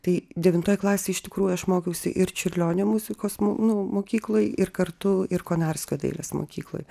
tai devintoj klasėj iš tikrųjų aš mokiausi ir čiurlionio muzikos nu mokykloj ir kartu ir konarskio dailės mokykloj